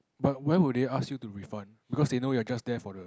but why will they ask you to refund because they know you're just there for the